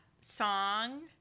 song